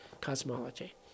cosmology